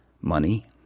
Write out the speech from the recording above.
Money